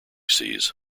sees